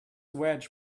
wedge